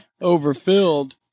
overfilled